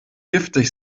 giftig